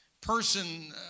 person